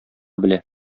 белә